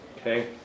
Okay